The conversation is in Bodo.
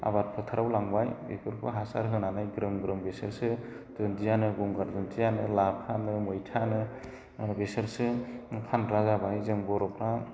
आबाद फोथाराव लांबाय बेफोरखौ हासार होनानै ग्रोम ग्रोम बिसोरसो दुन्दियानो गंगार दुन्दियानो लाफानो मैथानो बिसोरसो फानग्रा जाबाय जों बर'फ्रा